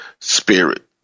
spirit